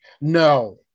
No